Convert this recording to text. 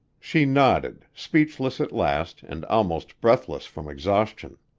she nodded, speechless at last and almost breathless from exhaustion.